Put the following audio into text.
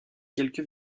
quelques